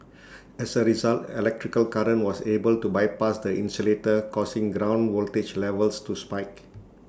as A result electrical current was able to bypass the insulator causing ground voltage levels to spike